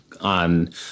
on